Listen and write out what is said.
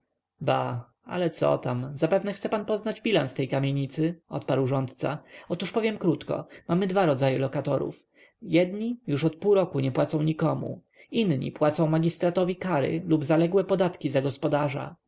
ba ale co tam zapewne chce pan poznać bilans tej kamienicy odparł rządca otóż powiem krótko mamy dwa rodzaje lokatorów jedni już od pół roku nie płacą nikomu inni płacą magistratowi kary lub zaległe podatki za gospodarza